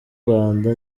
rwanda